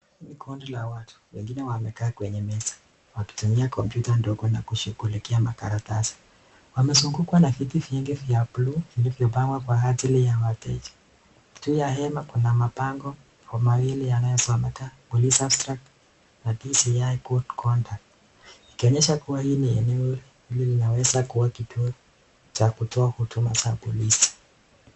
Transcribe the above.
Ni kundi la watu, wengine wamekaa kwenye meza wakitumia komptyta ndogo na kughulikia na makaratsi, wamezungukwa na viti vingi vya bluu vilivyo pangwa kwa ajili ya wateja, juu ya hema kuna mabango mawili yanayosomeka police abstract na dci good conduct ikonyehsa hili ni eneo linaweza kuwa kituo cha kutoa huduma za polisi.